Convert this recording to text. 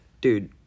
dude